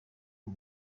iyo